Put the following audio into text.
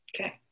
Okay